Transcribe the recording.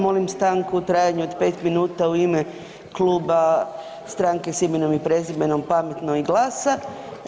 Molim stanku u trajanju od 5 minuta u ime Kluba stranke s imenom i prezimenom, Pametno i GLAS-a.